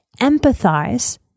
empathize